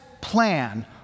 plan